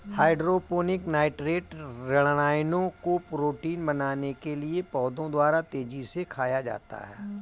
hydroponic nitrate ऋणायनों को protein बनाने के लिए पौधों द्वारा तेजी से खाया जाता है